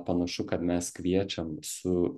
panašu kad mes kviečiam su